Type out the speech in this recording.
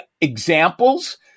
examples